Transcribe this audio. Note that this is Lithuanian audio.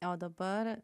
o dabar